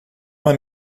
uma